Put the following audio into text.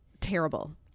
terrible